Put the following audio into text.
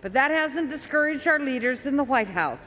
but that hasn't discouraged our leaders in the white house